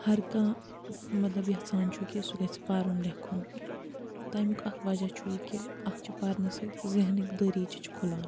ہر کانٛہہ مطلب یَژھان چھُ کہِ سُہ گژھہِ پَرُن لیٚکھُن تَمیٛک اَکھ وجہ چھُ یہِ کہِ اَکھ چھِ پَرنہٕ سۭتۍ ذہنٕکۍ دٔریٖچہِ چھِ کھُلان